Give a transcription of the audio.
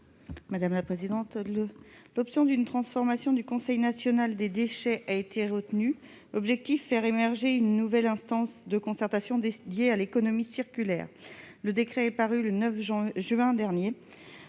Nadège Havet. L'option d'une transformation du Conseil national des déchets a été retenue ; l'objectif est de faire émerger une nouvelle instance de concertation dédiée à l'économie circulaire. Le décret est paru le 9 juin dernier